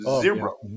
zero